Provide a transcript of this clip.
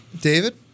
david